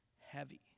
heavy